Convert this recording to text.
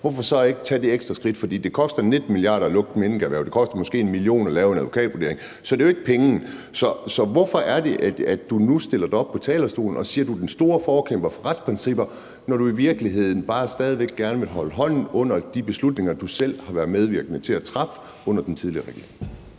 hvorfor så ikke tage det ekstra skridt? For det koster 19 mia. kr. at lukke minkerhvervet. Det koster måske 1 mio. kr. at lave en advokatvurdering. Så det er jo ikke pengene. Så hvorfor er det, at du nu stiller dig op på talerstolen og siger, du er den store forkæmper for retsprincipper, når du i virkeligheden bare stadig væk gerne vil holde hånden under de beslutninger, du selv har været medvirkende til at træffe under den tidligere regering?